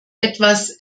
etwas